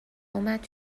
اومد